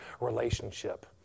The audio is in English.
relationship